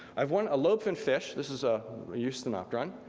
i have one, a lobe-finned fish, this is a eusthenopteron,